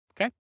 okay